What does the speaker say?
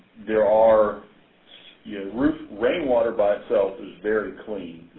there are yeah rainwater, by itself, is very clean.